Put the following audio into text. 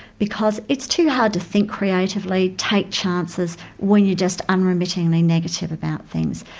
because it's too hard to think creatively, take chances, when you're just unremittingly negative about things.